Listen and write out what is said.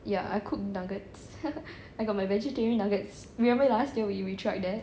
ya I cook nuggets I got my vegetarian nuggets remember last year we tried that